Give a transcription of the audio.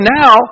now